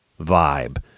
vibe